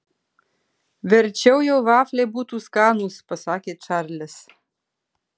verčiau jau vafliai būtų skanūs pasakė čarlis